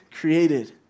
created